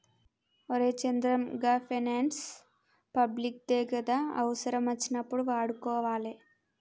ఒరే చంద్రం, గా finance public దే గదా, అవుసరమచ్చినప్పుడు వాడుకోవాలె